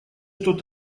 тот